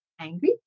angry